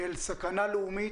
כאל סכנה לאומית,